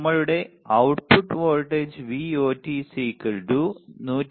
നമ്മളുടെ output voltage VoT 110